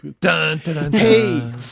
Hey